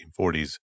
1940s